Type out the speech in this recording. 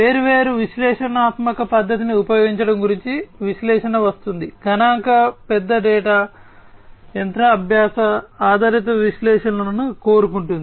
వేర్వేరు విశ్లేషణాత్మక పద్ధతిని ఉపయోగించడం గురించి విశ్లేషణ వస్తుంది గణాంక పెద్ద ఆధారిత విశ్లేషణలను కోరుకుంటుంది